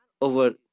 over